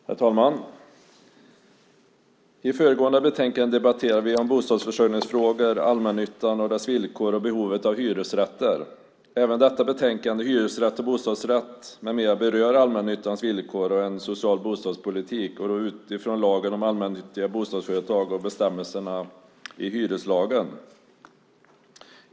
Herr talman! I föregående betänkande debatterade vi bostadsförsörjningsfrågor, allmännyttan och dess villkor samt behovet av hyresrätter. Även detta betänkande, Hyresrätt och bostadsrätt m.m. , berör allmännyttans villkor och en social bostadspolitik men då utifrån lagen om allmännyttiga bostadsföretag och bestämmelserna i hyreslagen.